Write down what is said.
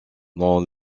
dans